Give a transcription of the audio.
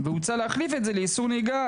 והוצע להחליף את זה לאיסור נהיגה,